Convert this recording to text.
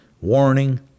warning